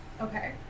Okay